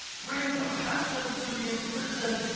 bring compassion to the imprisoned,